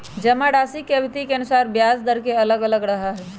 जमाराशि के अवधि के अनुसार ब्याज दर अलग अलग रहा हई